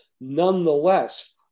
Nonetheless